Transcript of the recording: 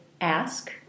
ask